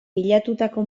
pilatutako